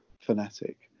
fanatic